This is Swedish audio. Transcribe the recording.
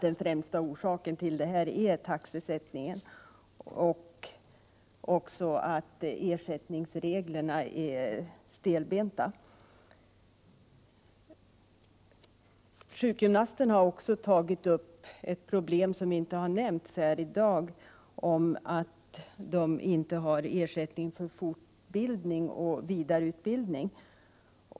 Den främsta orsaken till dessa svårigheter är taxesättningen och de stelbenta ersättningsreglerna. Sjukgymnasterna har också aktualiserat ett problem som inte nämnts här i dag, nämligen att de inte får ersättning för fortbildning och vidareutbildning.